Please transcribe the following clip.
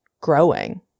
growing